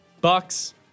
Bucks